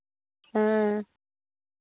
हँ